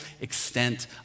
extent